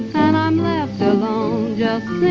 and i'm left alone just